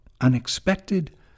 unexpected